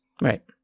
Right